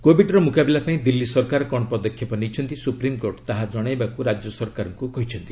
କୋବିଡ୍ର ମୁକାବିଲା ପାଇଁ ଦିଲ୍ଲୀ ସରକାର କ'ଣ ପଦକ୍ଷେପ ନେଇଛନ୍ତି ସୁପ୍ରିମ୍କୋର୍ଟ ତାହା ଜଣାଇବାକୁ ରାଜ୍ୟ ସରକାରଙ୍କୁ କହିଛନ୍ତି